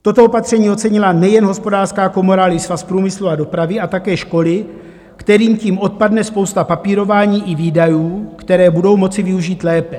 Toto opatření ocenila nejen Hospodářská komora, ale i Svaz průmyslu a dopravy a také školy, kterým tím odpadne spousta papírování i výdajů, které budou moci využít lépe.